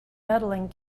medaling